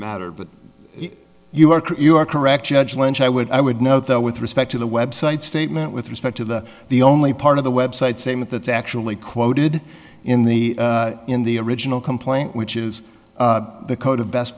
matter but you are you are correct judge lynch i would i would note though with respect to the website statement with respect to the the only part of the website saying that that's actually quoted in the in the original complaint which is the